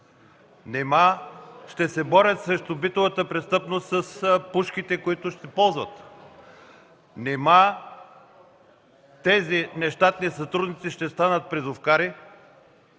Нима ще се борят срещу битовата престъпност с пушките, които ще ползват?! Нима тези нещатни сътрудници ще станат призовкари?!